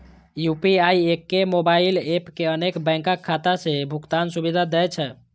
UPI एके mobile app मे अनेक बैंकक खाता सं भुगतान सुविधा दै छै